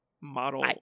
Model